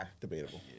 Debatable